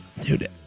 Dude